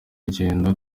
rugendo